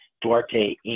Duarte